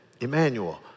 Emmanuel